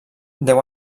deu